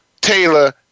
Taylor